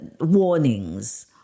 warnings